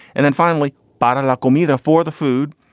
and then finally, bottom local meat for the food.